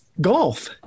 Golf